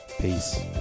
Peace